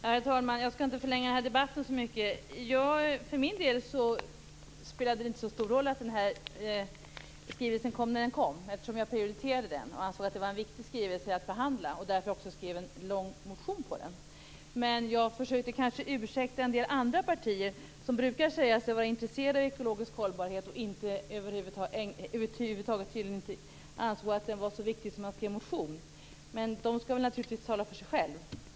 Herr talman! Jag skall inte förlänga debatten så mycket. För min del spelade det inte så stor roll att skrivelsen kom när den gjorde, eftersom jag prioriterade den och ansåg att det var en viktig skrivelse att behandla. Därför skrev jag också en lång motion till den. Men jag försökte kanske ursäkta en del andra partier som brukar säga sig vara intresserade av ekologisk hållbarhet men över huvud taget inte ansåg att skrivelsen var tillräckligt viktig för att man skulle skriva en motion. Men de partierna skall naturligtvis tala för sig själva.